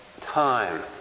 time